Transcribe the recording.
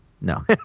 No